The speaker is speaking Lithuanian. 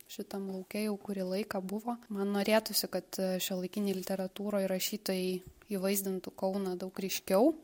šitam lauke jau kurį laiką buvo man norėtųsi kad šiuolaikinėj literatūroj rašytojai įvaizdintų kauną daug ryškiau